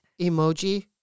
Emoji